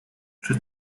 czy